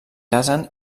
casen